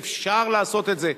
ואפשר לעשות את זה.